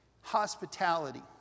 hospitality